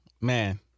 man